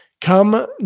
Come